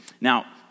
Now